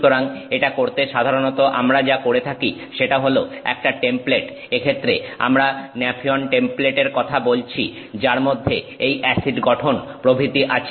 সুতরাং এটা করতে সাধারণত আমরা যা করে থাকি সেটা হলো একটা টেমপ্লেট এক্ষেত্রে আমরা ন্যাফিয়ন টেমপ্লেটের কথা বলছি যার মধ্যে এই অ্যাসিড গঠন প্রভৃতি আছে